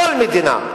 כל מדינה,